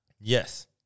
Yes